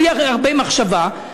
בלי הרבה מחשבה,